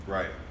Right